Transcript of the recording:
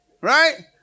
right